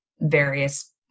various